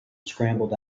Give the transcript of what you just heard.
scrambled